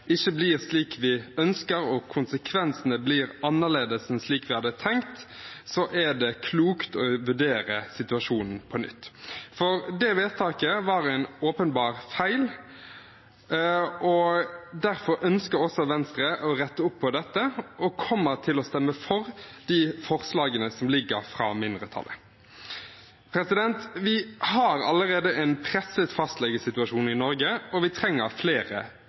ikke blir slik vi ønsker, og konsekvensene blir annerledes enn slik vi hadde tenkt, er det klokt å vurdere situasjonen på nytt, for det vedtaket var en åpenbar feil. Derfor ønsker også Venstre å rette opp i dette og kommer til å stemme for de forslagene som ligger fra mindretallet. Vi har allerede en presset fastlegesituasjon i Norge, og vi trenger flere